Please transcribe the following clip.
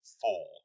four